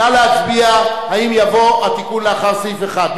נא להצביע, האם יבוא התיקון לאחר סעיף 1?